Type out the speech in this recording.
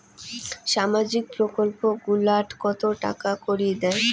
সামাজিক প্রকল্প গুলাট কত টাকা করি দেয়?